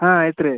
ಹಾಂ ಐತ್ರಿ